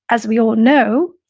as we all know,